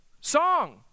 song